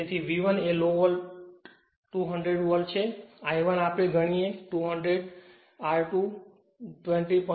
તેથી V 1 એ લો 200 વોલ્ટ છે I1 આપણે ગણીએ E200 R20